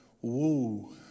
Whoa